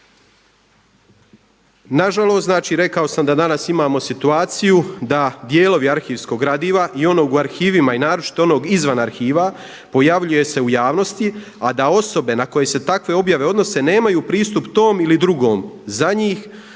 Nažalost rekao sam da danas imamo situaciju da dijelovi arhivskog gradiva i onog u arhivima i naročito onog izvan arhiva pojavljuje se u javnosti, a da osobe na koje se takve objave odnose nemaju pristup tom ili drugom za njih